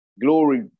glory